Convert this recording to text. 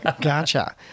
Gotcha